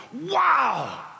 wow